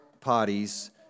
parties